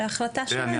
זו החלטה שלהם.